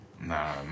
Nah